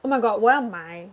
oh my god 我要买